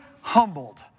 humbled